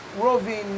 roving